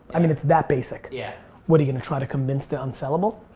i mean it's that basic, yeah what are you gonna try to convince the unsellable?